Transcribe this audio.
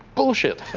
bullshit.